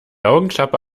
augenklappe